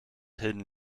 hidden